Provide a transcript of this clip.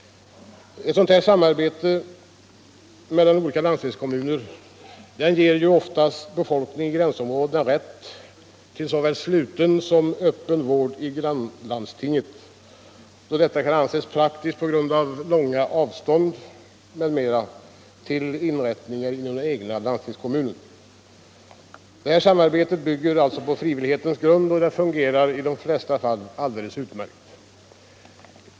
Sådant samarbete mellan olika landstingskommuner ger oftast befolkningen i gränsområdena rätt till såväl sluten som öppen vård i grannlandstinget då detta kan anses praktiskt, bl.a. på grund av långa avstånd till inrältningar inom den egna landstingskommunen. Detta samarbete bygger alltså på frivillighetens grund, och det fungerar i de flesta fall utmärkt.